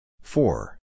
Four